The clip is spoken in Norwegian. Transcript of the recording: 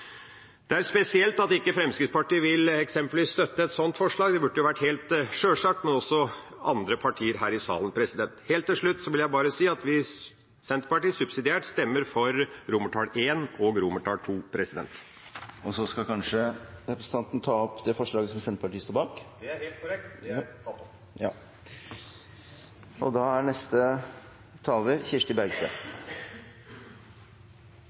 Det er spesielt at eksempelvis Fremskrittspartiet – men også andre partier her i salen – ikke vil støtte et sånt forslag, det burde vært helt sjølsagt. Helt til slutt vil jeg bare si at Senterpartiet subsidiært stemmer for flertallets forslag til vedtak I og II. Representanten skal kanskje ta opp det forslaget som Senterpartiet og Sosialistisk Venstreparti står bak? Det er helt korrekt. Det er nå tatt opp. Representanten Per Olaf Lundteigen har da